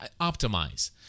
optimize